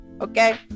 okay